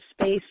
space